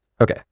Okay